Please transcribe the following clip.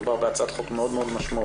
מדובר בהצעת חוק מאוד משמעותית.